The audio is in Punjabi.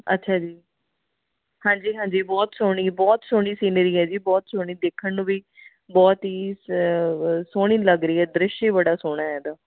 ਅੱਛਾ ਜੀ ਹਾਂਜੀ ਹਾਂਜੀ ਬਹੁਤ ਸੋਹਣੀ ਬਹੁਤ ਸੋਹਣੀ ਸੀਨਰੀ ਹੈ ਜੀ ਬਹੁਤ ਸੋਹਣੀ ਦੇਖਣ ਨੂੰ ਵੀ ਬਹੁਤ ਹੀ ਸ ਸੋਹਣੀ ਲੱਗ ਰਹੀ ਹੈ ਦ੍ਰਿਸ਼ ਵੀ ਬੜਾ ਸੋਹਣਾ ਇਹਦਾ